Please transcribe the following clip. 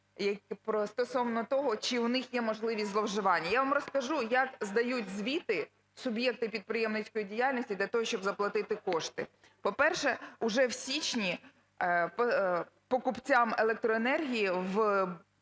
стосовно того, чи у них є можливість зловживань. Я вам розкажу, як здають звіти суб'єкти підприємницької діяльності для того, щоб заплатити кошти. По-перше, уже в січні покупцям електроенергії в майже